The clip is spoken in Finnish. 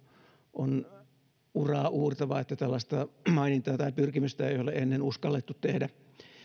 on uraauurtava tällaista mainintaa tai pyrkimystä ei ole ennen uskallettu tehdä